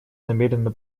намерена